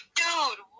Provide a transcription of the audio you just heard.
dude